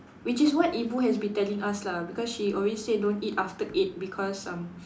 which is what ibu has been telling us lah because she always said don't eat after eight because um